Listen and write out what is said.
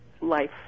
life